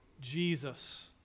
Jesus